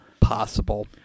Possible